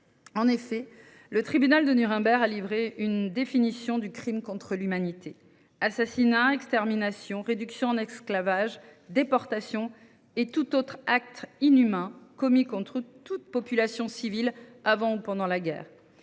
En effet, le tribunal de Nuremberg a défini en ces termes le crime contre l’humanité :« assassinat, extermination, réduction en esclavage, déportation et tout autre acte inhumain commis contre toute population civile, avant ou pendant la guerre ».